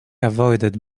avoided